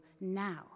now